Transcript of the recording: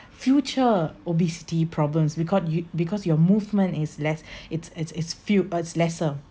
future obesity problems because you because your movement is less it's it's it's few or it's lesser